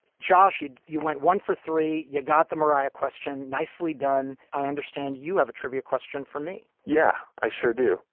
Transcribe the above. josh. you you went one for three. you got the mariah question. nicely done. i understand you have a trivia question for me yeah, i sure do.